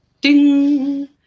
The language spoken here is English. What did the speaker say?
ding